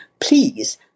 Please